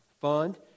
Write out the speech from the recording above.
fund